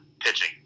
pitching